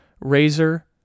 Razor